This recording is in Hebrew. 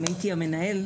אם הייתי המנהל,